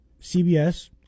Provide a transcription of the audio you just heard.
CBS